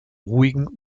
ruhigen